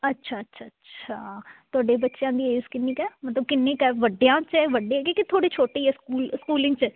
ਅੱਛਾ ਅੱਛਾ ਅੱਛਾ ਤੁਹਾਡੇ ਬੱਚਿਆਂ ਦੀ ਏਜ ਕਿੰਨੀ ਕੁ ਹੈ ਮਤਲਬ ਕਿੰਨੀ ਕੁ ਹੈ ਵੱਡਿਆਂ 'ਚ ਵੱਡੇ ਹੈਗੇ ਕਿ ਥੋੜ੍ਹੇ ਛੋਟੇ ਹੀ ਹੈ ਸਕੂਲ ਸਕੂਲਿੰਗ 'ਚ